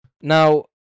Now